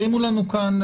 הרימו לנו כאן.